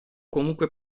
comunque